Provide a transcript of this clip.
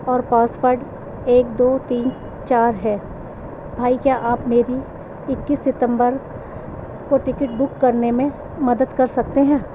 اور پاسورڈ ایک دو تین چار ہے بھائی کیا آپ میری اکیس ستمبر کو ٹکٹ بک کرنے میں مدد کر سکتے ہیں